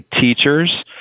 teachers